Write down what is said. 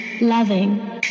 loving